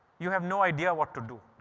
you have no idea what to do.